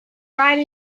right